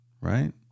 right